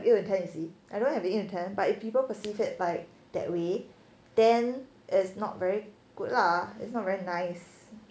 I'll intend you see I don't have the intent but if people perceive it like that way then is not very good lah it's not very nice